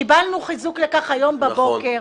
קיבלנו חיזוק לכך היום בבוקר,